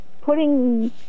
putting